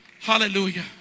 hallelujah